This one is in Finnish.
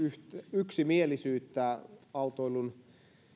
yksimielisyyttä autoilun